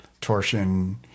torsion